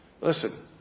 Listen